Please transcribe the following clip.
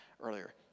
earlier